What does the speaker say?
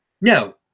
No